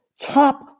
Top